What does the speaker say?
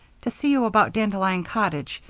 to see you about dandelion cottage.